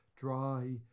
dry